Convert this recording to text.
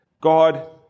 God